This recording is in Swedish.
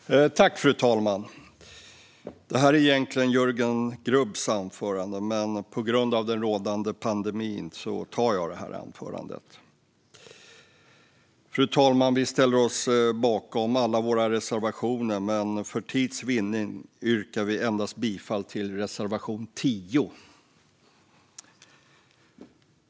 Fru talman! Det anförande som jag ska hålla är egentligen Jörgen Grubbs. Men på grund av den rådande pandemin ska jag hålla det. Fru talman! Vi står bakom alla våra reservationer, men för tids vinnande yrkar jag bifall endast till reservation 10.